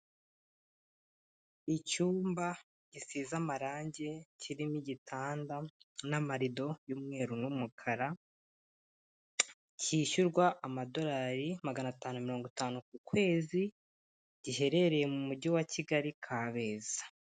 Icyumba gisize amarangi kirimo igitanda n'amarido y'umweru n'umukara, kishyurwa amadolari magana atanu na mirongo itanu ku kwezi, giherereye mu mujyi wa Kigali-Kabeza.